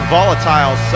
Volatile